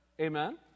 Amen